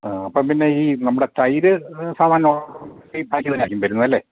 ആ അപ്പോൾ പിന്നെ ഈ നമ്മുടെ തൈര് സാധാ നോർമൽ പാക്കിൽ തന്നെയായിരിക്കും വരുന്നത് അല്ലേ